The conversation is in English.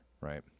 Right